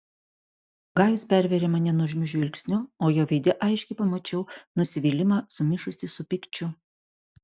gajus pervėrė mane nuožmiu žvilgsniu o jo veide aiškiai pamačiau nusivylimą sumišusį su pykčiu